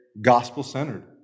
gospel-centered